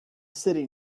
city